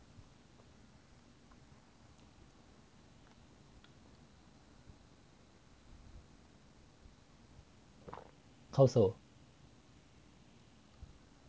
how so